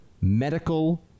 medical